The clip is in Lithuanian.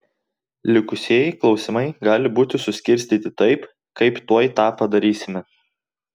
likusieji klausimai gali būti suskirstyti taip kaip tuoj tą padarysime